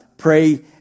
pray